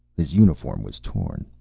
his uniform was torn.